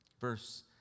Verse